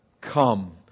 Come